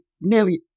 nearly